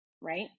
right